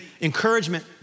encouragement